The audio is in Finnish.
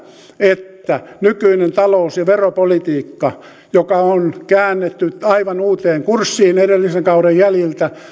että nykyinen talous ja veropolitiikka joka on käännetty aivan uuteen kurssiin edellisen kauden jäljiltä